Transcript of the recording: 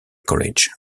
college